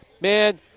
man –